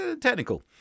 technical